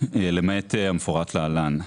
למעט המפורט להלן.